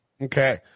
Okay